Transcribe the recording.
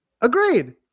Agreed